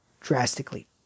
drastically